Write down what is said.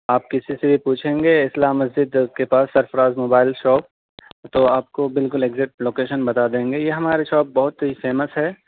آپ کسی سے بھی پوچھیں گے اسلام مسجد جسٹ کے پاس سرفراز موبائل شاپ تو آپ کو بالکل اگزیکٹ لوکیشن بتا دیں گے یہ ہماری شاپ بہت ہی فیمس ہے